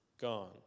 gone